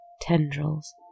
Tendrils